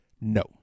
No